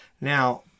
Now